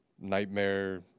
nightmare